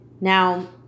Now